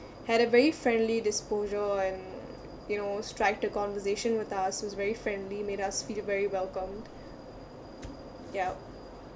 had a very friendly disposure and you know striked a conversation with us was very friendly made us feel very welcomed yup